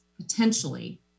potentially